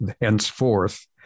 henceforth